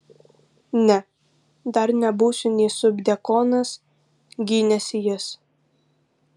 ne dar nebūsiu nė subdiakonas gynėsi jis